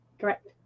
Correct